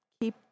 keep